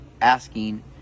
asking